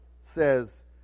says